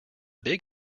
big